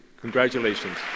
Congratulations